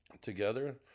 together